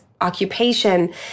occupation